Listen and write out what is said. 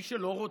מי שלא רוצה,